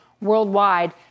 worldwide